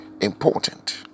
important